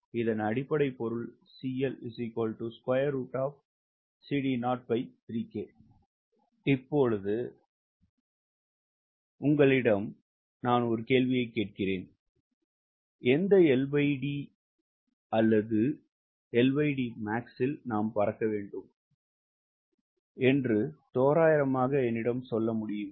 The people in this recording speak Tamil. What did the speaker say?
இதன் அடிப்படை பொருள் இப்போது நான் உங்களிடம் ஒரு கேள்வியைக் கேட்கிறேன் LD அல்லது நான் என்னவாக இருக்க வேண்டும் என்று தோராயமாக என்னிடம் சொல்ல முடியுமா